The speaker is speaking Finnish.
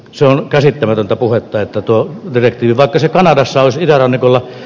se on käsittämätöntä puhetta että tuo tyrehtyvät ensin kanadassa ja rannikolla